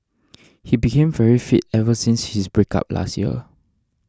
he became very fit ever since his breakup last year